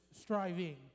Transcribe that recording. striving